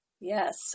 Yes